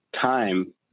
time